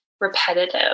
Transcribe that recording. repetitive